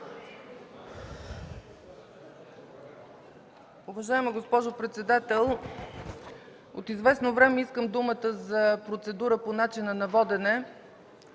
Уважаема госпожо председател, от известно време искам думата за процедура по начина на водене,